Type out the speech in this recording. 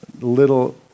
little